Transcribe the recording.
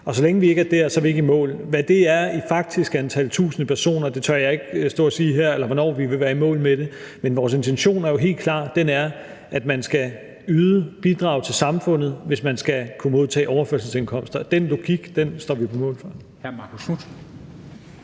Og så længe vi ikke er der, er vi ikke i mål. Hvad det er i faktisk antal tusinde personer, eller hvornår vi vil være i mål med det, tør jeg ikke stå og sige her, men vores intention er helt klar, og den er, at man skal yde bidrag til samfundet, hvis man skal kunne modtage overførselsindkomster. Den logik står vi på mål for.